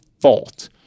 fault